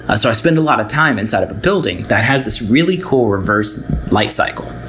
ah so i spend a lot of time inside of a building that has this really cool reverse light cycle.